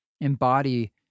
embody